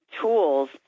tools